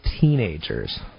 teenagers